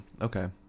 okay